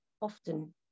often